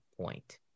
point